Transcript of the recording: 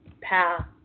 path